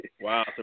Wow